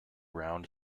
round